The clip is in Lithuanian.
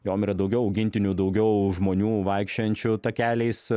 jom yra daugiau augintinių daugiau žmonių vaikščiojančių takeliais